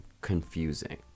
confusing